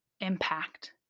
impact